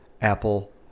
Apple